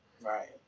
Right